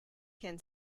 can